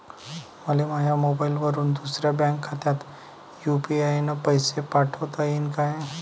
मले माह्या मोबाईलवरून दुसऱ्या बँक खात्यात यू.पी.आय न पैसे पाठोता येईन काय?